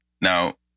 Now